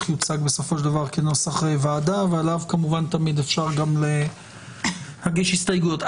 יוצג בסופו של דבר כנוסח ועדה ועליו תמיד אפשר להגיש הסתייגויות.